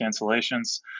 cancellations